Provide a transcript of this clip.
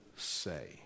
say